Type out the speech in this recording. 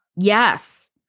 Yes